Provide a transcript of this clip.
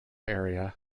area